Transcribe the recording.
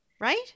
Right